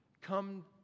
come